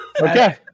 Okay